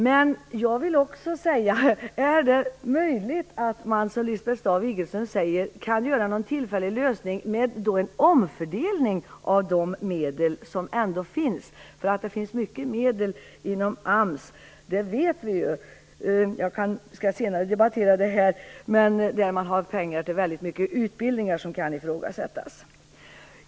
Men jag vill också fråga: Är det möjligt att man som Lisbeth Staaf Igelström säger kan göra en tillfällig lösning med en omfördelning av de medel som ändå finns? Vi vet ju att det finns medel inom AMS. Jag skall debattera det senare, men AMS har pengar till många utbildningar som kan ifrågasättas.